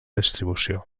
distribució